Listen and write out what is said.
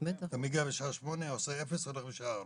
מגיע בשעה שמונה, עושה אפס והולך בשעה ארבע.